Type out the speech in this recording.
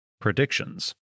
Predictions